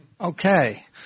Okay